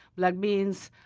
like beans,